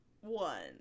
one